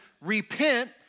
repent